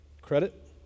Credit